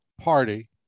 Party